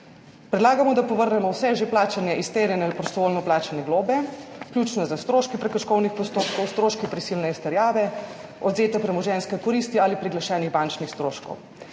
Predlagamo, da povrnemo vse plačane, izterjane ali prostovoljno plačane globe, vključno s stroški prekrškovnih postopkov, stroški prisilne izterjave, odvzete premoženjske koristi ali priglašenih bančnih stroškov.